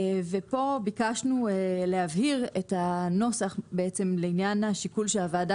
כאן ביקשנו להבהיר את הנוסח לעניין השיקול שהוועדה